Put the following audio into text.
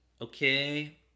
Okay